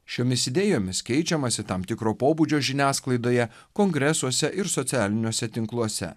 šiomis idėjomis keičiamasi tam tikro pobūdžio žiniasklaidoje kongresuose ir socialiniuose tinkluose